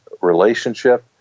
relationship